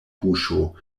buŝo